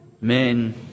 men